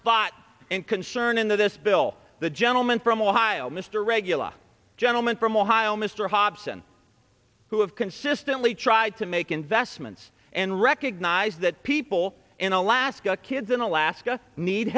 thought and concern into this bill the gentleman from ohio mr regular gentleman from ohio mr hobson who have consistently tried to make investments and recognize that people in alaska kids in alaska need